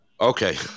Okay